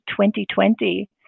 2020